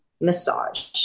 massage